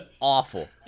awful